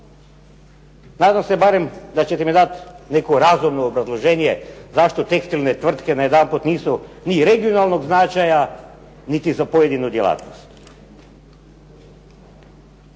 Nadam se barem da ćete mi dat neku razumno obrazloženje zašto tekstilne tvrtke najedanput nisu ni regionalnog značaja niti za pojedinu djelatnost.